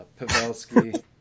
Pavelski